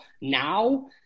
Now